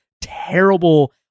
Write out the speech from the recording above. terrible